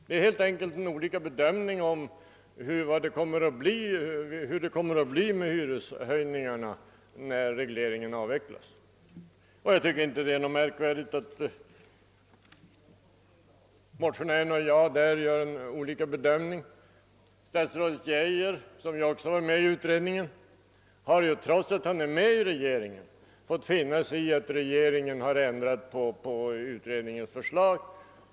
Det är alltså fråga om något skilda bedömningar av hur det kommer att bli med hyresehöjningarna när regleringen avvecklas. Jag tycker inte att det är något märkvärdigt att motionärerna och jag har olika meningar. Statsrådet Geijer, som också var med i utredningen, har trots att han sitter i regeringen fått finna sig i att denna har ändrat på utredningens förslag.